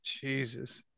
jesus